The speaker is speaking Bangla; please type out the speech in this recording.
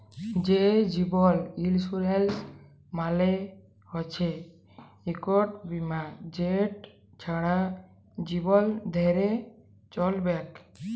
যে জীবল ইলসুরেলস মালে হচ্যে ইকট বিমা যেট ছারা জীবল ধ্যরে চ্যলবেক